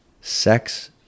sex